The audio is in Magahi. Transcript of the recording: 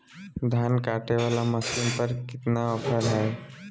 धान कटे बाला मसीन पर कितना ऑफर हाय?